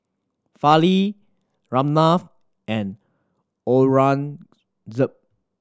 Fali Ramnath and Aurangzeb